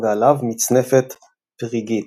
ועליו מצנפת פריגית.